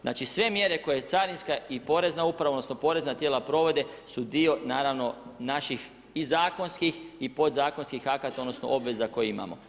Znači, sve mjere koje carinska i porezna uprava odnosno porezna tijela provode su dio naravno, naših i zakonskih i podzakonskih akata odnosno obveza koje imamo.